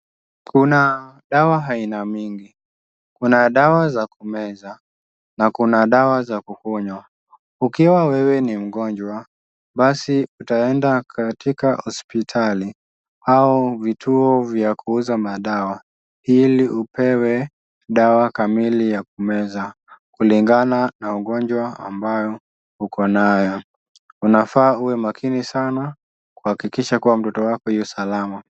Kuna dawa aina mingi. Kuna dawa za kumeza, na kuna dawa za kukunywa. Ukiwa wewe ni mgonjwa, basi utaenda katika hospitali, au vituo vya kuuza madawa, ili upewe dawa kamili ya kumeza, kulingana na ugonjwa ambayo uko nayo. Unafaa uwe makini sana, kuhakikisha kuwa mtoto wako yu salama.